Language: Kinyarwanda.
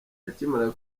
akimara